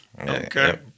Okay